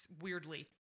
weirdly